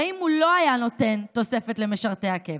הרי אם הוא לא היה נותן תוספת למשרתי הקבע,